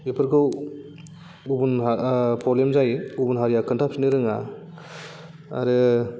बेफोरखौ गुबुन प्रब्लेम जायो गुबुन हारिआ खोन्थाफिन्नो रोङा आरो